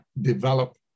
develop